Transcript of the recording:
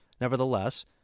nevertheless